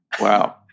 Wow